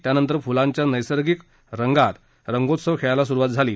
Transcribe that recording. त्यांनतर फुलांच्या नैसर्गिक फुलांच्या रंगात रंगोत्सव खेळायला सुरुवात झाली